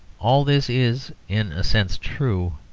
all this is, in a sense, true,